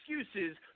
excuses